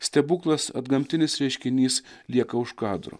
stebuklas antgamtinis reiškinys lieka už kadro